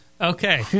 Okay